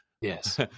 Yes